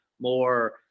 more